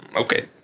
Okay